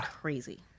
crazy